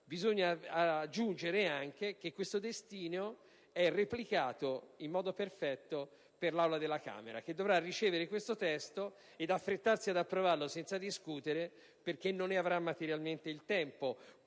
bisogna aggiungere che questo stesso destino è replicato in modo perfetto anche per l'Aula della Camera, che riceverà questo testo e dovrà affrettarsi ad approvarlo senza discutere, perché non ne avrà materialmente il tempo,